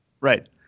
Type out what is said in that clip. Right